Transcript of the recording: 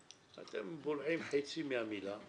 אני מחזיק למשל בקשת נכות או דברים אחרים